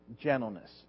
gentleness